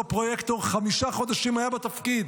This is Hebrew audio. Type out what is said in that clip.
אותו פרויקטור היה בתפקיד